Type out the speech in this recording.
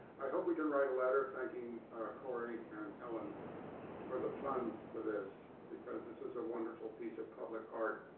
i hope we can write a letter thanking corey and helen for the funds for this because this is a wonderful piece of public art.